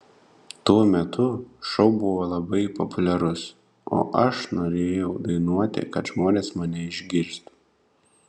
tuo metu šou buvo labai populiarus o aš norėjau dainuoti kad žmonės mane išgirstų